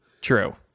True